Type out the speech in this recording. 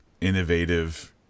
innovative